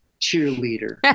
cheerleader